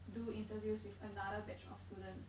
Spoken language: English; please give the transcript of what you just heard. do interviews with another batch of students